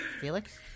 Felix